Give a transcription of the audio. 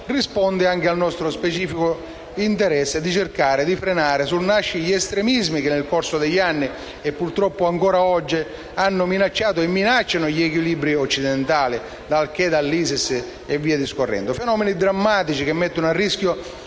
risponde anche al nostro specifico interesse di cercare di frenare sul nascere gli estremismi che nel corso degli anni, e purtroppo ancora oggi, hanno minacciato e minacciano gli equilibri occidentali, da Al Qaeda all'ISIS. Fenomeni drammatici che mettono a rischio